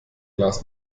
glas